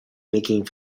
making